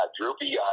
droopy